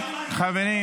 חוק ומשפט נתקבלה.